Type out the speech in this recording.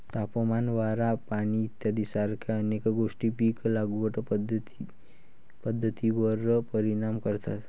तापमान, वारा, पाणी इत्यादीसारख्या अनेक गोष्टी पीक लागवड पद्धतीवर परिणाम करतात